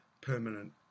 permanent